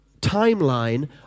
timeline